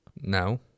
No